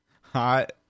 Hot